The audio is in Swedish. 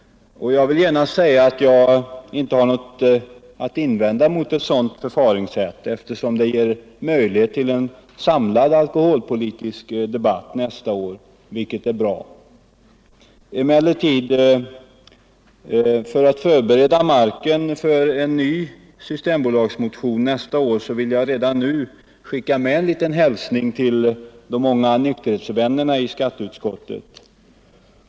Jag vill gärna säga att jag inte har något att invända mot ett sådant förfaringssätt, eftersom det ger möjlighet till en samlad alkoholpolitisk debatt nästa år, vilket är bra. För att emellertid bereda marken för en ny systembolagsmotion nästa år vill jag redan nu skicka med en liten hälsning till de många nykterhetsvännerna i skatteutskottet.